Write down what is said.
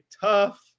tough